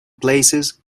places